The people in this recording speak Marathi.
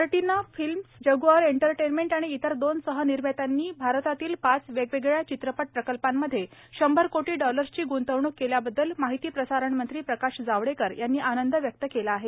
मार्टीना फिल्म्स जगुआर एंटरटेनमेंट आणि इतर दोन सहनिर्मात्यांनी भारतातील पाच वेगवेगळया चित्रपट प्रकल्पांमध्ये शंभर कोटी डॉलर्सची गृंतवणुक केल्याबद्दल माहिती प्रसारण मंत्री प्रकाश जावडेकर यांनी आनंद व्यक्त केला आहे